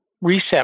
reset